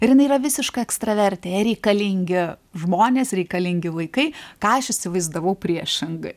ir jinai yra visiška ekstravertė jai reikalingi žmonės reikalingi vaikai ką aš įsivaizdavau priešingai